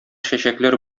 чәчәкләр